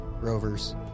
rovers